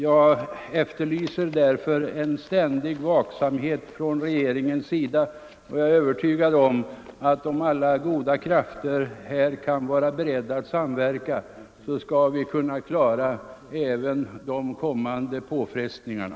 Jag efterlyser därför ständig vaksamhet hos regeringen, och jag är övertygad om att om alla goda krafter är beredda att samverka kan vi klara även de kommande påfrestningarna.